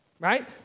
right